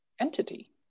entity